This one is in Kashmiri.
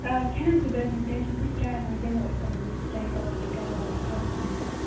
آ کھیٚنُک تہِ بٔرۍزٮ۪و نہٕ ٹیٚنشن کِہیٖنۍ چاے واے دِمو أس یِمن ییٚتی چاے کَپا وَپا چاناوون ییٚتی